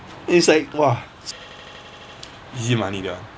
is like !wah! easy money ya